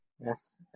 Yes